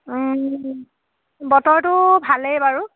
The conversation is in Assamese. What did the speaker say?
বতৰটো ভালেই বাৰু